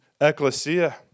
ecclesia